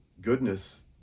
goodness